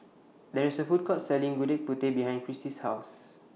There IS A Food Court Selling Gudeg Putih behind Crissy's House